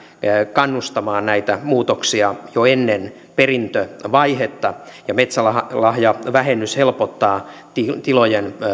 kannustamaan näitä muutoksia jo ennen perintövaihetta ja metsälahjavähennys helpottaa tilojen